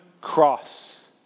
cross